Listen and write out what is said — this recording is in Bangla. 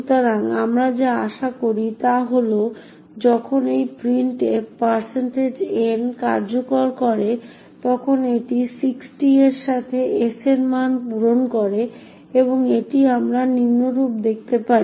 সুতরাং আমরা যা আশা করি তা হল যে যখন একটি printf এই n কার্যকর করে তখন এটি 60 এর সাথে s এর মান পূরণ করে এবং এটি আমরা নিম্নরূপ দেখতে পারি